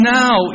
now